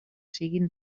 siguen